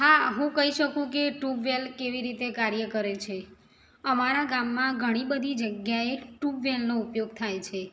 હા હું કહી શકું કે ટ્યુબવેલ કઈ રીતે કાર્ય કરે છે અમારા ગામમાં ઘણી બધી જગ્યાએ ટ્યુબવેલનો ઉપયોગ થાય છે